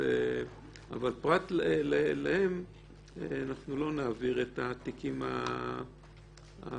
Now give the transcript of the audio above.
אבל פרט להם אנחנו לא נעביר את התיקים הפתוחים.